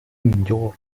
injured